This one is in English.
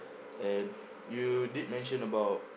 and you did mention about